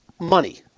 money